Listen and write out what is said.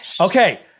Okay